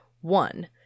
one